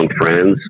friends